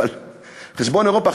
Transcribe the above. אבל על חשבון אירופה?